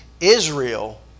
Israel